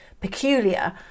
peculiar